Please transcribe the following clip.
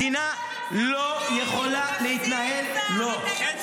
מדינה לא יכול להתנהל --- אתה יושב עם סרבנים,